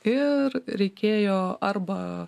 ir reikėjo arba